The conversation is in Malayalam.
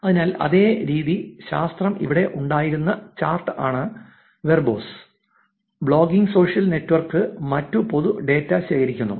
അതിനാൽ അതേ രീതിശാസ്ത്രം ഇവിടെ ഉണ്ടായിരുന്ന ചാർട്ട് ആണ് വെർബോസ് ബ്ലോഗിംഗ് സോഷ്യൽ നെറ്റ്വർക്ക് മറ്റ് പൊതു ഡാറ്റ ശേഖരിക്കുന്നു